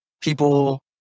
people